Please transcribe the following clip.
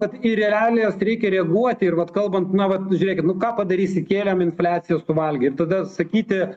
kad į realijas reikia reaguoti ir vat kalbant na va žiūrėk nu ką padarysi kėlėm infliacija suvalgė ir tada sakyti